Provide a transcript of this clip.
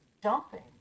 dumping